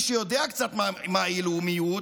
מי שיודע קצת מהי לאומיות,